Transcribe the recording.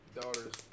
daughter's